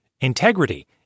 Integrity